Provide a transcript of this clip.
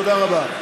תודה רבה.